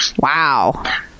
Wow